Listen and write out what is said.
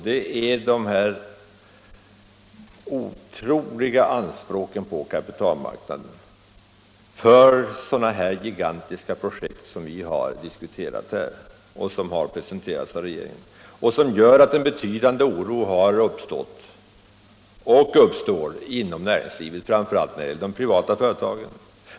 Det är de otroliga anspråken på kapitalmarknaden för de av regeringen presenterade och nu av oss diskuterade gigantiska projekten som gör att en betydande oro har uppstått och uppstår inom näringslivet, framför allt inom de privata företagen.